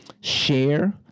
Share